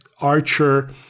Archer